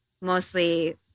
mostly